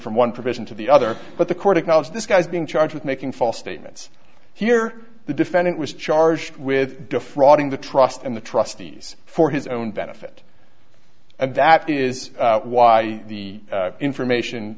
from one provision to the other but the court acknowledged this guy's being charged with making false statements here the defendant was charged with defrauding the trust and the trustees for his own benefit and that is why the information